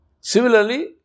Similarly